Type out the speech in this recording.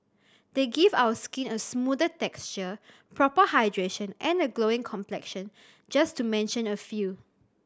they give our skin a smoother texture proper hydration and a glowing complexion just to mention a few